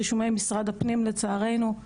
רישומי משרד הפנים לא